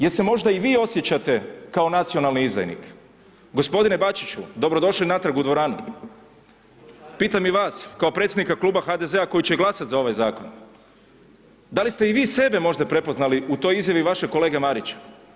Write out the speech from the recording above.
Jel se možda i vi osjećate kao nacionalni izdajnik? g. Bačiću, dobro došli natrag u dvoranu, pitam i vas kao predsjednika Kluba HDZ-a koji će glasati za ovaj zakon, da li ste i vi sebe možda prepoznali u toj izjavi vašeg kolege Marića?